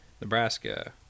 Nebraska